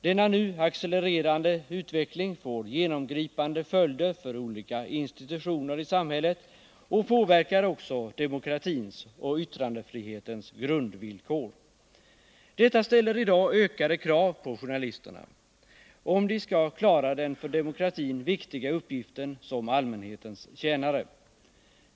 Denna nu accelererande utveckling får genomgripande följder för olika institutioner i samhället, och den påverkar också demokra tins och yttrandefrihetens grundvillkor. Detta ställer i dag ökade krav på journalisterna, om de skall klara den för demokratin viktiga uppgiften som allmänhetens tjänare.